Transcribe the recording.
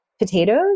Potatoes